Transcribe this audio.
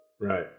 Right